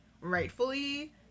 rightfully